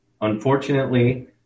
Unfortunately